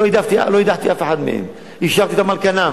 לא הדחתי אף אחד מהם, השארתי אותם על כנם.